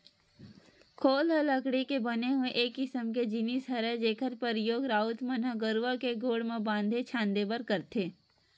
खोल ह लकड़ी के बने हुए एक किसम के जिनिस हरय जेखर परियोग राउत मन ह गरूवा के गोड़ म बांधे छांदे बर करथे